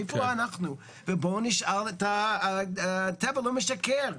איפה אנחנו, ובואו נשאל, הטבע לא משקר.